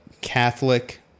Catholic